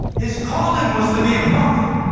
his calling was to be a prophet,